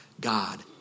God